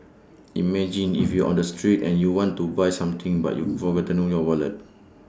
imagine if you're on the street and you want to buy something but you've forgotten your wallet